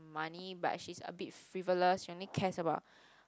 money but she's a bit frivolous she only cares about